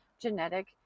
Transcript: genetic